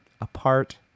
apart